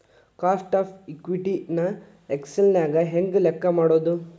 Cost of equity ನ Excel ನ್ಯಾಗ ಹೆಂಗ್ ಲೆಕ್ಕಾ ಮಾಡೊದು?